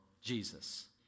Jesus